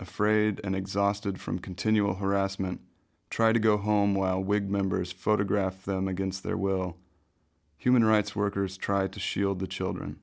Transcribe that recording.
afraid and exhausted from continual harassment try to go home while wig members photograph them against their will human rights workers tried to shield the children